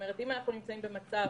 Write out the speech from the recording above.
אם אנחנו נמצאים במצב